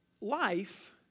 life